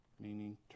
meaning